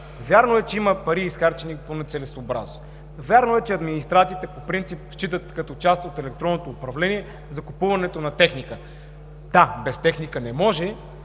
вярно е, че има нецелесъобразно изхарчени пари. Вярно е, че администрациите по принцип считат като част от електронното управление закупуването на техника. Да, без техника не може,